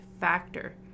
factor